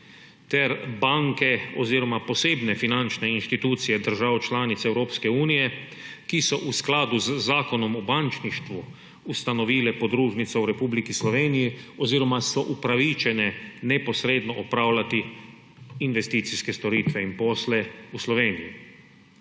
ter banke oziroma posebne finančne institucije držav članic Evropske unije, ki so v skladu z Zakonom o bančništvu ustanovile podružnico v Republiki Sloveniji oziroma so upravičene neposredno opravljati investicijske storitve in posle v Sloveniji.